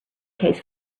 case